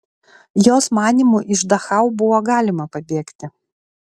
jos manymu iš dachau buvo galima pabėgti